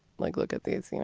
like, look at these you know